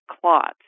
clots